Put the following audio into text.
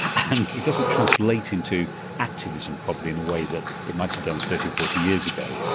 and it doesn't translate into activism probably in the way that it might have done thirty or forty years ago.